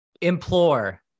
Implore